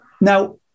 Now